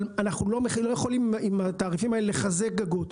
אבל אנחנו עם התעריפים האלה אנחנו לא יכולים לחזק גגות,